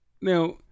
Now